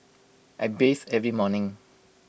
I bathe every morning